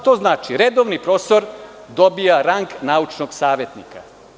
To znači da redovni profesor dobija rang naučnog savetnika.